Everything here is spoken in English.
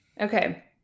Okay